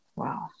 Wow